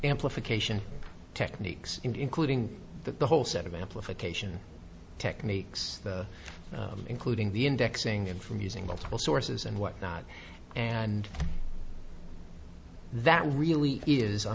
amplification techniques including the whole set of amplification techniques including the indexing and from using multiple sources and what not and that really is a